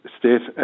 state